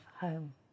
home